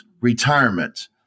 retirement